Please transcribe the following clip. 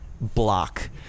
Block